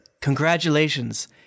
congratulations